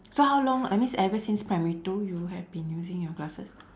so how long I mean ever since primary two you have been using your glasses